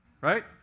Right